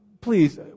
please